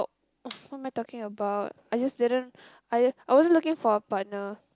oh what am I taking about I just didn't I I wasn't looking for a partner